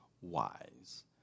wise